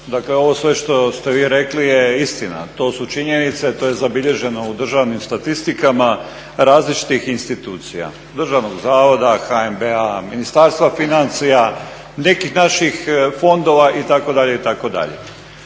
dakle ovo sve što ste vi rekli je istina, to su činjenice, to je zabilježeno u državnim statistikama različitih institucija, Državnog zavoda, HNB-a, Ministarstva financija, nekih naših fondova itd., itd..